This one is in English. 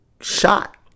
shot